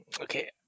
Okay